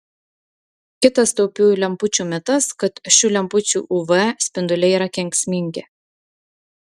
kitas taupiųjų lempučių mitas kad šių lempučių uv spinduliai yra kenksmingi